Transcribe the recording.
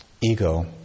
Ego